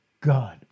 God